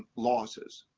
losses.